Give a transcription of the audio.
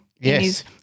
yes